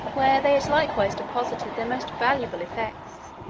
where they had likewise deposited their most valuable effects.